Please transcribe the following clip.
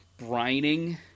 brining